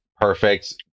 Perfect